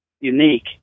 unique